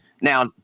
now